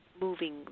moving